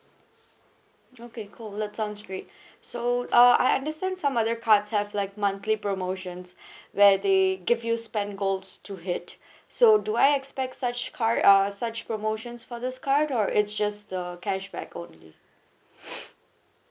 okay cool that sounds great so uh I understand some other cards have like monthly promotions where they give you spend goals to hit so do I expect such card uh such promotions for this card or it's just the cashback only